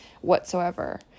whatsoever